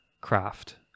craft